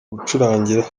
gucurangira